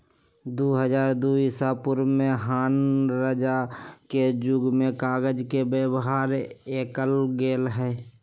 दू हज़ार दू ईसापूर्व में हान रजा के जुग में कागज के व्यवहार कएल गेल रहइ